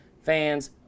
fans